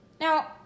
Now